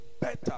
Better